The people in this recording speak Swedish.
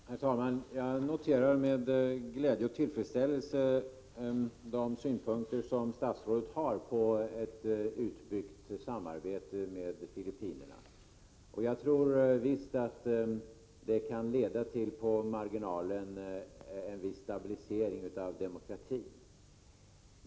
Herr talman! Jag noterar med glädje och tillfredsställelse de synpunkter som statsrådet har på ett utbyggt samarbete med Filippinerna. Jag tror visst att det på marginalen kan leda till en viss stabilisering av demokratin.